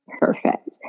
Perfect